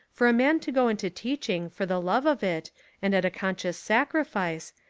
for a man to go into teaching for the love of it and at a conscious sacrifice,